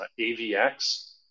AVX